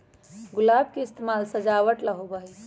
गुलाब के इस्तेमाल सजावट ला होबा हई